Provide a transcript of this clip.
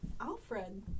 Alfred